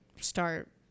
start